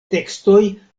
tekstoj